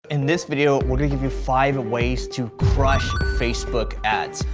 in this video, we're gonna give you five ways to crush facebook ads.